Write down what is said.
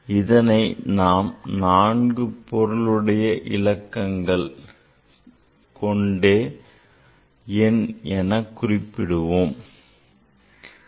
இதனை நாம் 4 பொருளுடையவிலக்கங்களை கொண்ட எண் எனக் குறிப்பிடுவோம்